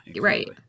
right